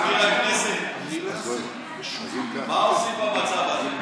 מזכיר הכנסת, מה עושים במצב הזה?